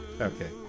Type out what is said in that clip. okay